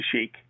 Chic